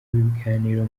biganiro